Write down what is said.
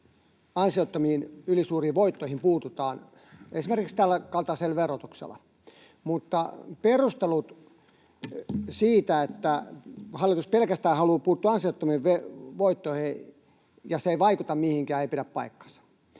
ansiottomiin, ylisuuriin voittoihin puututaan esimerkiksi tämän kaltaisella verotuksella. Mutta perustelut siitä, että hallitus pelkästään haluaa puuttua ansiottomiin voittoihin ja että se ei vaikuta mihinkään, ei pidä paikkaansa.